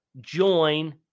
join